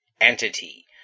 entity